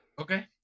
Okay